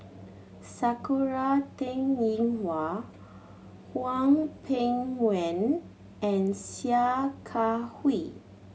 Sakura Teng Ying Hua Hwang Peng Yuan and Sia Kah Hui